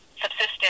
subsistence